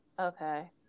Okay